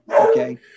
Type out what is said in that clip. Okay